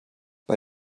bei